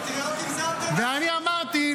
הפטריוטים זה --- ואני אמרתי,